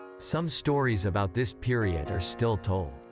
some stories about this period are still told.